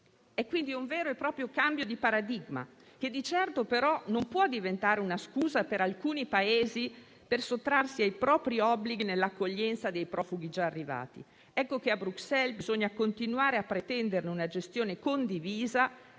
È quindi un vero e proprio cambio di paradigma, che non può però di certo diventare una scusa per alcuni Paesi per sottrarsi ai propri obblighi nell'accoglienza dei profughi già arrivati. Ecco che a Bruxelles bisogna continuare a pretendere una gestione condivisa,